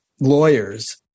lawyers